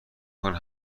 کنه